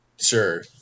sure